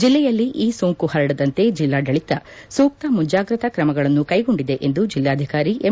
ಜಿಲ್ಲೆಯಲ್ಲಿ ಈ ಸೋಂಕು ಪರಡದಂತೆ ಜಿಲ್ಲಾಡಳಿತ ಸೂಕ್ತ ಮುಂಜಾಗ್ರತಾ ಕ್ರಮಗಳನ್ನು ಕೈಗೊಂಡಿದೆ ಎಂದು ಜೆಲ್ಲಾಧಿಕಾರಿ ಎಂ